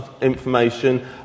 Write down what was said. information